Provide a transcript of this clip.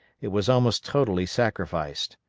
it was almost totally sacrificed.